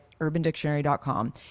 urbandictionary.com